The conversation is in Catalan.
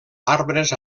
arbres